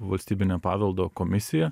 valstybine paveldo komisija